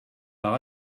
par